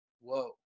whoa